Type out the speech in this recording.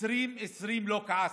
2020 לא כעסת.